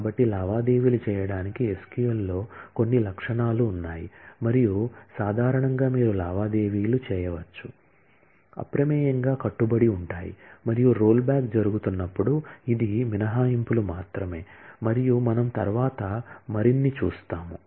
కాబట్టి లావాదేవీలు చేయడానికి SQL లో కొన్ని లక్షణాలు ఉన్నాయి మరియు సాధారణంగా మీరు లావాదేవీలు చేయవచ్చు అప్రమేయంగా కట్టుబడి ఉంటారు మరియు రోల్బ్యాక్ జరుగుతున్నప్పుడు ఇది మినహాయింపులు మాత్రమే మరియు మనం తరువాత మరిన్ని చూస్తాము